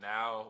now